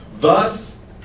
Thus